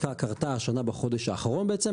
קרתה השנה בחודש האחרון בעצם,